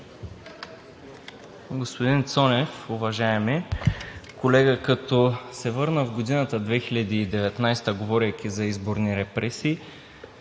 Господин Цонев, уважаеми колеги, като се върна в годината 2019-а, говорейки за изборни репресии,